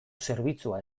zerbitzua